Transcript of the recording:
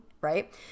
right